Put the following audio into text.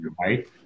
right